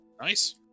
Nice